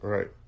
Right